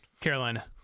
Carolina